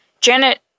janet